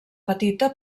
petita